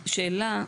אז שאלה.